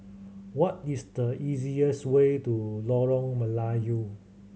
what is the easiest way to Lorong Melayu